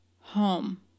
home